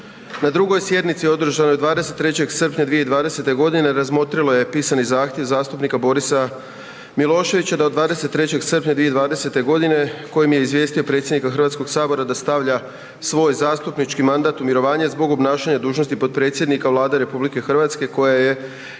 na 2. sjednici održanoj 23. srpnja 2020. godine razmotrilo je pisani zahtjev zastupnika Boris Miloševića da od 23. srpnja 2020. godine kojim je izvijestio predsjednika Hrvatskog sabora da stavlja svoj zastupnički mandat u mirovanje zbog obnašanja dužnosti potpredsjednika Vlade RH koja je nespojiva